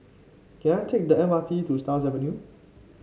can I take the M R T to Stars Avenue